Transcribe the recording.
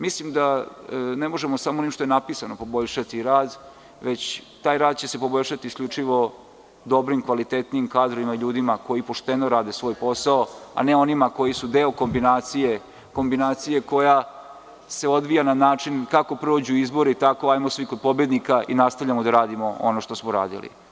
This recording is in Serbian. Mislim da ne možemo samo onim što je napisano poboljšati rad, već taj rad će se poboljšati isključivo dobrim, kvalitetnim kadrovima, ljudima koji pošteno rade svoj posao, a ne onima koji su deo kombinacije koja se odvija na način kako prođu izbori tako - hajmo svi kod pobednika i nastavljamo da radimo ono što smo radili.